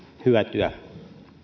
hyötyä